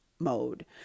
Mode